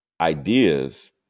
ideas